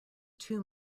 too